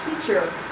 teacher